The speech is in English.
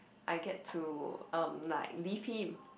I get to um like leave him